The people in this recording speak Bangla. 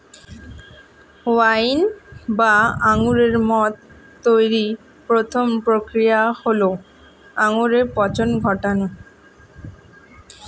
ওয়াইন বা আঙুরের মদ তৈরির প্রথম প্রক্রিয়া হল আঙুরে পচন ঘটানো